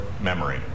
memory